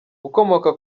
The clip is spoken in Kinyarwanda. ukomoka